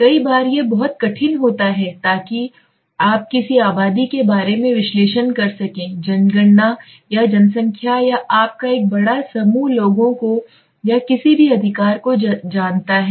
कई बार यह बहुत कठिन होता है ताकि आप किसी आबादी के बारे में विश्लेषण कर सकें जनगणना या जनसंख्या या आप का एक बड़ा समूह लोगों को या किसी भी अधिकार को जानता है